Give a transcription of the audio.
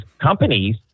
companies